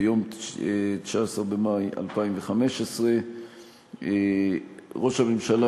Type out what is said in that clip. ביום 19 במאי 2015. ראש הממשלה,